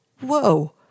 whoa